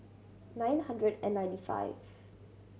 nine hundred and ninety five